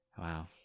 Wow